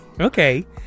Okay